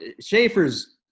Schaefer's